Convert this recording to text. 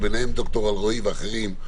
ובהם ד"ר אלרעי ואחרים,